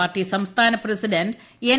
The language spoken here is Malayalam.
പാർട്ടി സംസ്ഥാന പ്രസിഡന്റ് എൻ